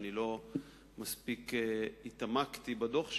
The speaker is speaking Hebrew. שלא מספיק התעמקתי בדוח שלה,